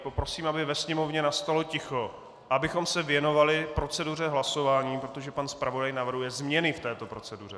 Poprosím, aby ve sněmovně nastalo ticho a abychom se věnovali proceduře hlasování, protože pan zpravodaj navrhuje změny v této proceduře.